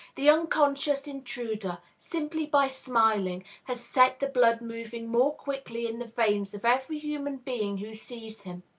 the unconscious intruder, simply by smiling, has set the blood moving more quickly in the veins of every human being who sees him.